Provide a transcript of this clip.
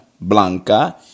Blanca